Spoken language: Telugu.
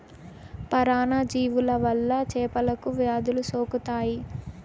పరాన్న జీవుల వల్ల చేపలకు వ్యాధులు సోకుతాయి